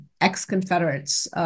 ex-Confederates